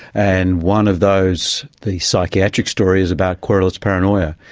and one of those, the psychiatric story, is about querulous paranoia,